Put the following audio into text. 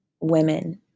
women